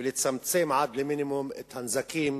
ולצמצם עד למינימום את הנזקים